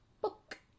book